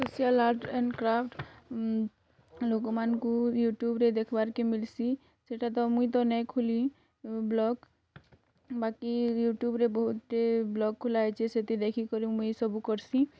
social art and craft ଲୋକ୍ମାନକଙ୍କୁ ୟୁଟ୍ୟୁବ୍ରେ ଦେଖ୍ବାର୍କେ ମିଲ୍ସି ସେଟା ତ ମୁଇଁ ତ ନାଇଁ ଖୁଲି ବ୍ଲଗ୍ ବାକି ୟୁଟ୍ୟୁବ୍ରେ ବହୁତ ବ୍ଲଗ୍ ଖୋଲାହୋଇଛି ସେଠି ଦେଖିକରି ମୁଇଁ ସବୁ କର୍ସିଁ